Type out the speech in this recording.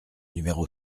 numéro